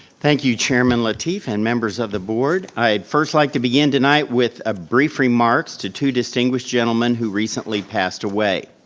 thank you chairman lateef and members of the board. i'd first like to begin tonight with brief remarks to two distinguished gentlemen who recently passed away.